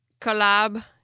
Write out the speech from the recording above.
collab